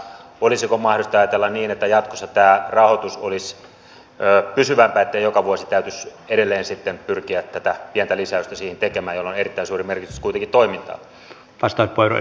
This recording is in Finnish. olisiko mahdollista ajatella niin että jatkossa tämä rahoitus olisi pysyvämpää ettei joka vuosi täytyisi edelleen sitten pyrkiä tätä pientä lisäystä siihen tekemään jolla on erittäin suuri merkitys kuitenkin toiminnalle